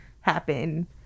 happen